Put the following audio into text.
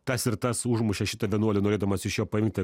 tas ir tas užmušė šitą vienuolį norėdamas iš jo paimti